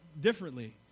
differently